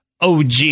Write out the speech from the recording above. og